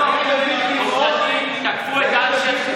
הם תקפו את אלשיך,